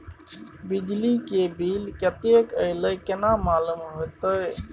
बिजली के बिल कतेक अयले केना मालूम होते?